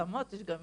עם משרד הרווחה,